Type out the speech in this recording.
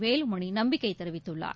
வேலுமணிநம்பிக்கைதெரிவித்துள்ளார்